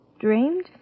Dreamed